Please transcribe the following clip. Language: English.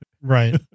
Right